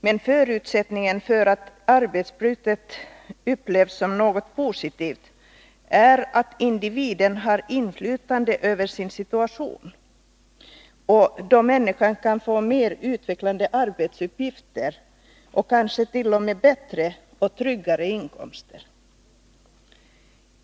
Men förutsättningen för att arbetsbytet skall upplevas som något positivt är att individen har inflytande över sin situation, kan få mer utvecklande arbetsuppgifter och kanske t.o.m. större och mer tryggad inkomst.